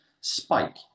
spike